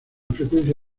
frecuencia